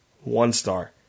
one-star